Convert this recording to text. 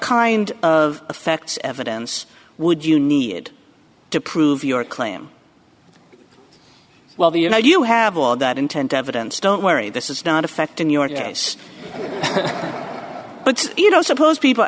kind of affects evidence would you need to prove your claim well you know you have all that intent evidence don't worry this is not affecting your case but you know suppose people